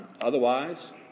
Otherwise